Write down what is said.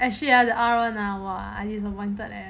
actually the is I wanted leh